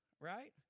Right